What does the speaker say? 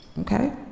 Okay